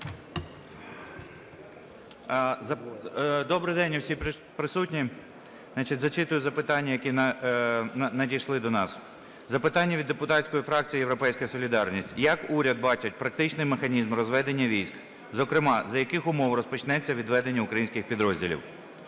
Добрий день усі присутні! Значить, зачитую запитання, які надійшли до нас. Запитання від депутатської фракції "Європейська солідарність": Як уряд бачить практичний механізм розведення військ? Зокрема, за яких умов розпочнеться відведення українських підрозділів?